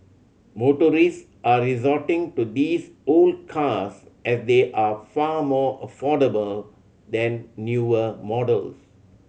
motorists are resorting to these old cars as they are far more affordable than newer models